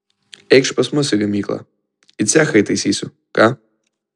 eikš pas mus į gamyklą į cechą įtaisysiu ką